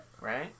Right